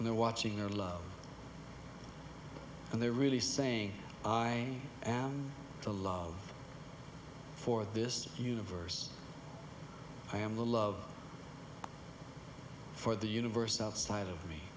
and they're watching their love and they're really saying i am the love for this universe i am the love for the universe outside of me